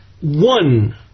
one